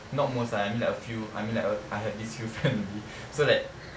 not most lah I mean like a few I mean like uh I have this few friends only so like